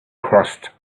crossed